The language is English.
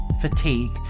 fatigue